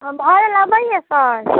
आधार हमरा नहि अइ सर